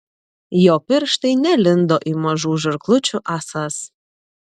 jo pirštai nelindo į mažų žirklučių ąsas